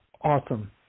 Awesome